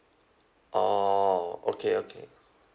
orh okay okay